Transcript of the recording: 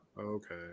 Okay